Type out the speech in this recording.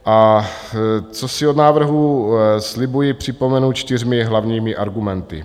A co si od návrhu slibuji, připomenu čtyřmi hlavními argumenty.